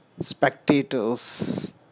spectators